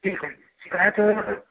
ठीक है प्राइस